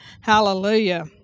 Hallelujah